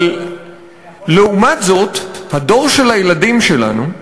אבל לעומת זאת, הדור של הילדים שלנו,